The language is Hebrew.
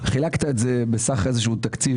חילקת את זה בסך איזה שהוא תקציב,